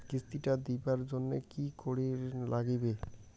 কিস্তি টা দিবার জন্যে কি করির লাগিবে?